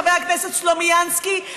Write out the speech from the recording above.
חבר הכנסת סלומינסקי,